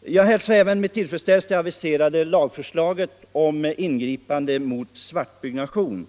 Jag hälsar med stor tillfredsställelse även det aviserade lagförslaget om ingripande mot svartbyggen.